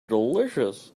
delicious